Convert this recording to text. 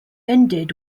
ended